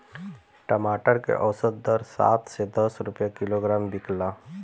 टमाटर के औसत दर सात से दस रुपया किलोग्राम बिकला?